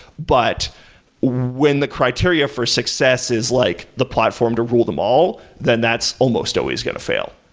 but when the criteria for success is like the platform to rule them all, then that's almost always going to fail,